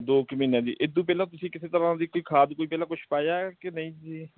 ਦੋ ਕੁ ਮਹੀਨਿਆਂ ਦੀ ਇਹ ਤੋਂ ਪਹਿਲਾਂ ਤੁਸੀਂ ਕਿਸੇ ਤਰ੍ਹਾਂ ਦੀ ਕੋਈ ਖਾਦ ਕੋਈ ਪਹਿਲਾਂ ਕੁਛ ਪਾਇਆ ਕਿ ਨਹੀਂ ਜੀ